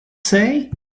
say